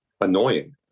annoying